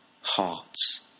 hearts